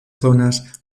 zonas